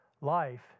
life